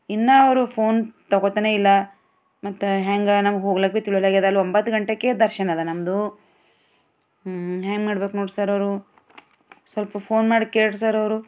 ಇನ್ನು ಅವರು ಫೋನ್ ತಗೋತಾನೆ ಇಲ್ಲ ಮತ್ತೆ ಹ್ಯಾಂಗೆ ನಮ್ಮ ಹೋಗ್ಲಾಕಿತ್ತು ಇವಾಗ ಎದಲು ಒಂಬತ್ತು ಗಂಟೆಗೆ ದರ್ಶನ ನಮ್ದು ಏನು ಮಾಡ್ಬೇಕು ನೋಡಿ ಸರ್ ಅವರು ಸ್ವಲ್ಪ ಫೋನ್ ಮಾಡಿ ಕೇಳ್ರೀ ಸರ್ ಅವರು